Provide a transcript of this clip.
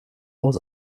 aus